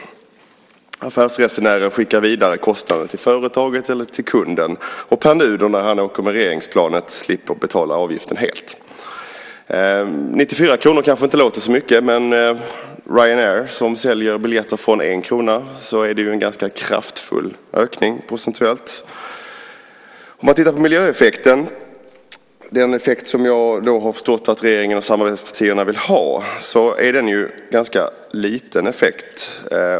Affärsresenären skickar vidare kostnaden till företaget eller till kunden. Pär Nuder, när han åker med regeringsplanet, slipper betala avgiften helt. 94 kr kanske inte låter så mycket, men för Ryanair, som säljer biljetter från 1 kr, är det en kraftfull ökning procentuellt. Låt oss titta på miljöeffekten. Det är den effekt som jag har förstått att regeringen och samarbetspartierna vill ha. Det är en liten effekt.